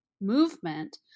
movement